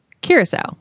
Curacao